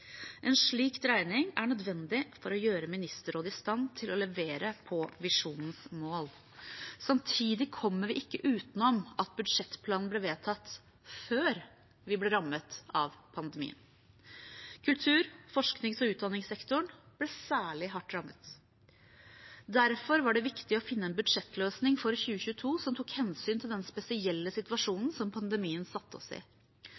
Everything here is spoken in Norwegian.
En slik dreining er nødvendig for å gjøre Ministerrådet i stand til å levere på visjonens mål. Samtidig kommer vi ikke utenom at budsjettplanen ble vedtatt før vi ble rammet av pandemien. Kultur-, forsknings- og utdanningssektoren ble særlig hardt rammet. Derfor var det viktig å finne en budsjettløsning for 2022 som tok hensyn til den spesielle situasjonen som pandemien satte oss i.